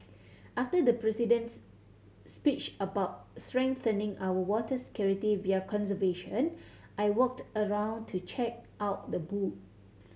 after the President's speech about strengthening our water security via conservation I walked around to check out the booths